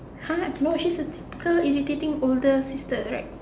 !huh! no she's a typical irritating older sister right